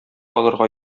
алырга